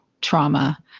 trauma